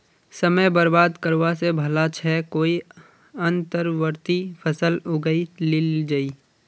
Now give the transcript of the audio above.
समय बर्बाद करवा स भला छ कोई अंतर्वर्ती फसल उगइ लिल जइ